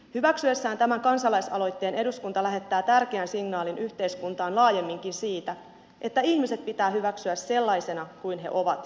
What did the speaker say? hyväksyessään tämän kansalaisaloitteen eduskunta lähettää tärkeän signaalin yhteiskuntaan laajemminkin siitä että ihmiset pitää hyväksyä sellaisina kuin he ovat